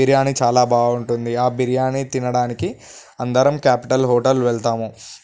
బిర్యాని చాలా బాగుంటుంది ఆ బిర్యాని తినడానికి అందరం కాపిటల్ హోటల్ వెళ్తాము